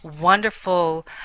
wonderful